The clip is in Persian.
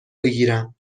بگیرم